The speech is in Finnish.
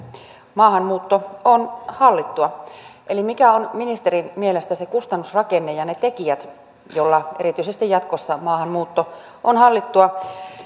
maahanmuutto on hallittua eli mitkä ovat ministerin mielestä se kustannusrakenne ja ne tekijät joilla erityisesti jatkossa maahanmuutto on hallittua